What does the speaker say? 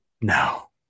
No